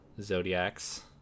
zodiacs